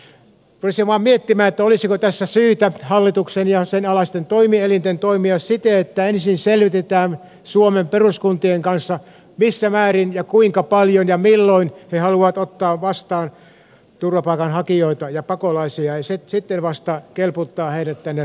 rupesin vain miettimään olisiko tässä syytä hallituksen ja sen alaisten toimielinten toimia siten että ensin selvitetään suomen peruskuntien kanssa missä määrin ja kuinka paljon ja milloin he haluavat ottaa vastaan turvapaikanhakijoita ja pakolaisia ja sitten vasta kelpuuttaa heidät tänne turvakeskuksiin